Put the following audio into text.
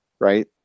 right